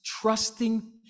trusting